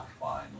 fine